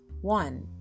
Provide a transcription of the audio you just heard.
One